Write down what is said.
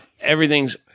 Everything's